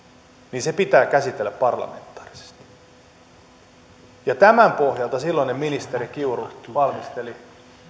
niin se pitää käsitellä parlamentaarisesti tämän pohjalta silloinen ministeri kiuru valmisteli